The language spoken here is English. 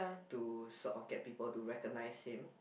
to sort of get people to recognize him